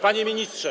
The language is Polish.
Panie Ministrze!